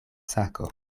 sako